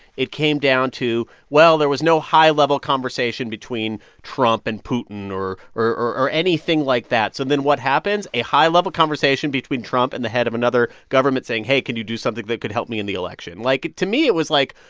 it came down to well, there was no high-level conversation between trump and putin or or anything like that so then what happens? a high-level conversation between trump and the head of another government saying, hey, can you do something that could help me in the election? like, to me, it was like,